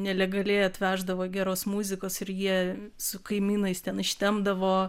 nelegaliai atveždavo geros muzikos ir jie su kaimynais ten ištempdavo